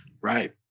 Right